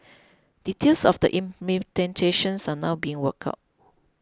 details of the are now being worked out